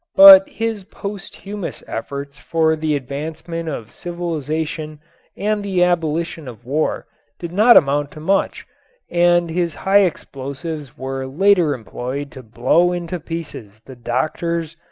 but his posthumous efforts for the advancement of civilization and the abolition of war did not amount to much and his high explosives were later employed to blow into pieces the doctors,